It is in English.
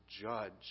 judge